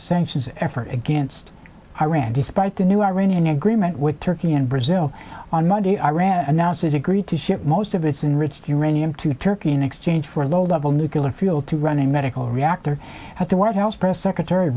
sanctions effort against iran despite the new iranian agreement with turkey and brazil on monday iran announced it agreed to ship most of its enrich uranium to turkey in exchange for a low level nuclear fuel to run a medical reactor at the white house press secretary